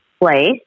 place